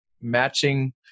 matching